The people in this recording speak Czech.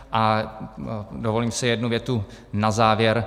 A dovolím si jednu větu na závěr.